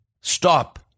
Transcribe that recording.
Stop